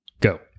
go